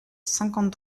cinquante